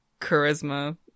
Charisma-